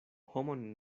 homon